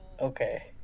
okay